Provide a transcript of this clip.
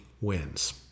wins